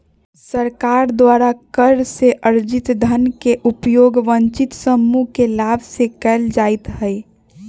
सरकार द्वारा कर से अरजित धन के उपयोग वंचित समूह के लाभ में कयल जाईत् हइ